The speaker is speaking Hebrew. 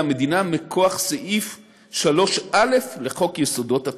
המדינה מכוח סעיף 3א לחוק יסודות התקציב,